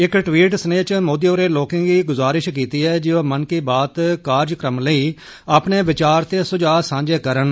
इक टवीट स्नेह च मोदी होरें लोकें गी गुजारिश कीती ऐ जे ओह् मन की बात कार्जक्रम लेई अपने विचार ते सुझाऽ सांझे करन